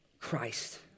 Christ